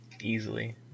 Easily